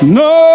no